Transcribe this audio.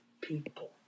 people